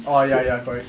orh ya ya correct